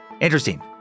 Interesting